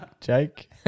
Jake